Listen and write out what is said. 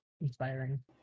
inspiring